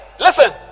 listen